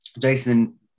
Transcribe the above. Jason